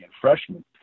freshmen